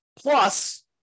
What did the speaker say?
Plus